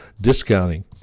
discounting